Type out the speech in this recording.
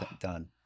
done